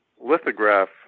lithograph